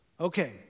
Okay